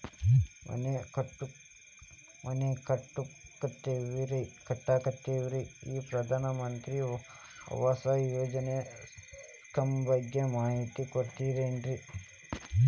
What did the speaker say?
ಮನಿ ಕಟ್ಟಕತೇವಿ ರಿ ಈ ಪ್ರಧಾನ ಮಂತ್ರಿ ಆವಾಸ್ ಯೋಜನೆ ಸ್ಕೇಮ್ ಬಗ್ಗೆ ಮಾಹಿತಿ ಕೊಡ್ತೇರೆನ್ರಿ?